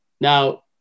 now